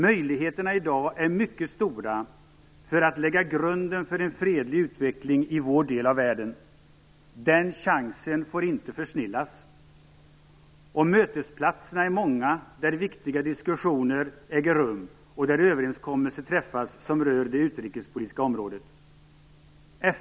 Möjligheterna i dag är mycket stora för att lägga grunden för en fredlig utveckling i vår del av världen. Den chansen får inte försnillas. Och mötesplatserna är många där viktiga diskussioner äger rum och där överenskommelser träffas som rör det utrikespolitiska området.